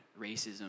racism